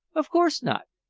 of course not.